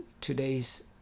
today's